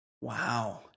Wow